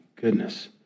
goodness